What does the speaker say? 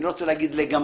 אני לא רוצה להגיד לגמרי,